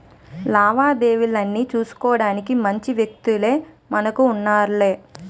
లావాదేవీలన్నీ సూసుకోడానికి మంచి వ్యక్తులే మనకు ఉంటన్నారులే